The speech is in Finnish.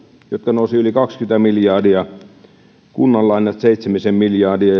nousivat yli kaksikymmentä miljardia ja kuntien lainat seitsemisen miljardia